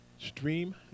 stream